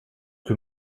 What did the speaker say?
que